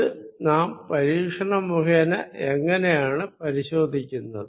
ഇത് നാം പരീക്ഷണം മുഖേന എങ്ങിനെയാണ് പരിശോധിക്കുന്നത്